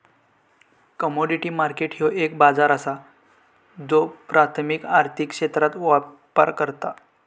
commodity market ह्यो एक बाजार असा ज्यो प्राथमिक आर्थिक क्षेत्रात व्यापार करता